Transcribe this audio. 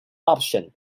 option